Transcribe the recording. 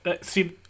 see